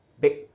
big